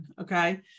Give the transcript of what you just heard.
Okay